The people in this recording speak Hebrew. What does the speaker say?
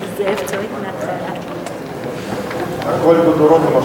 סיעת רע"ם-תע"ל וחברי הכנסת ג'מאל